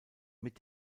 mit